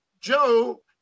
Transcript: Joe